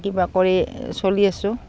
কিবা কৰি চলি আছোঁ